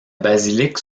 basilique